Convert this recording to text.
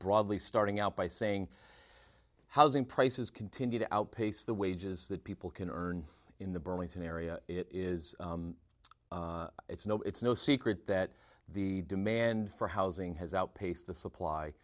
broadly starting out by saying housing prices continue to outpace the wages that people can earn in the burlington area it is it's no it's no secret that the demand for housing has outpaced the supply